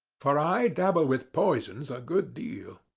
for i dabble with poisons a good deal.